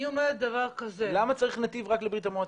אני אומרת דבר כזה --- למה צריך נתיב רק לברית המועצות?